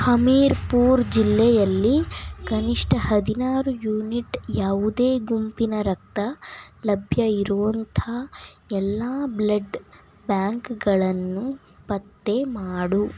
ಹಮೀರ್ಪುರ್ ಜಿಲ್ಲೆಯಲ್ಲಿ ಕನಿಷ್ಟ ಹದಿನಾರು ಯೂನಿಟ್ ಯಾವುದೇ ಗುಂಪಿನ ರಕ್ತ ಲಭ್ಯ ಇರುವಂಥ ಎಲ್ಲ ಬ್ಲಡ್ ಬ್ಯಾಂಕ್ಗಳನ್ನು ಪತ್ತೆ ಮಾಡು